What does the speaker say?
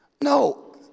No